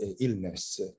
illness